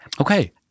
Okay